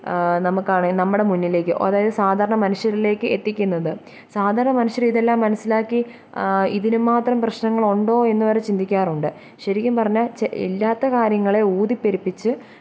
നമ്മൾക്ക് ആണേല് നമ്മുടെ മുന്നിലേക്ക് അതായത് സാധാരണ മനുഷ്യരിലേക്ക് എത്തിക്കുന്നത് സാധാരണ മനുഷ്യർ ഇതെല്ലാം മനസിലാക്കി ഇതിനും മാത്രം പ്രശ്നങ്ങളുണ്ടോ എന്ന് വരെ ചിന്തിക്കാറുണ്ട് ശരിക്കും പറഞ്ഞാൽ ഇല്ലാത്ത കാര്യങ്ങളെ ഊതിപ്പെരുപ്പിച്ച്